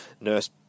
Nurse